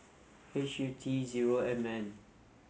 H U T zero M N